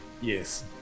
Yes